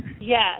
Yes